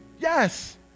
Yes